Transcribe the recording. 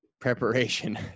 preparation